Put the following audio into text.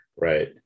right